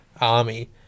army